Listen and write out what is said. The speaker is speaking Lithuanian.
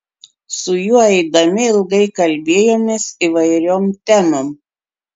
su juo eidami ilgai kalbėjomės įvairiom temom